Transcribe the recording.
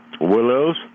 willows